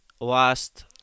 last